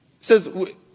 says